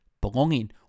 belonging